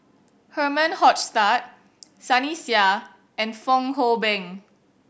Herman Hochstadt Sunny Sia and Fong Hoe Beng